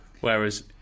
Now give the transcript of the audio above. Whereas